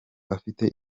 afite